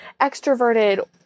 extroverted